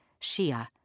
Shia